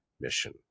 mission